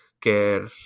care